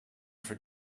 for